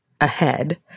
ahead